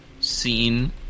seen